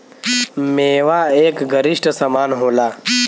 मेवा एक गरिश्ट समान होला